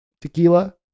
tequila